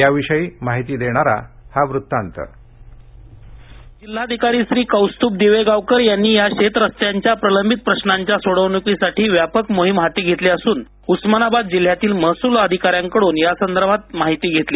याविषयी माहिती देणारा हा वृत्तान्त जिल्हाधिकारी श्री कौस्तुभ दिवेगावकर यांनी या शेत रस्त्यांच्या प्रलंबित प्रश्नांच्या सोडवणुकीसाठी व्यापक मोहीम हाती घेतली असून जिल्ह्यातील महसूल अधिकाऱ्यांकडून यासंदर्भात माहिती घेतली